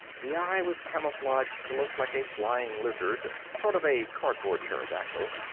the eye was camouflaged to look like a flying lizard, sort of a cardboard pterodactyl,